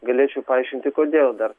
galėčiau paaiškinti kodėl dar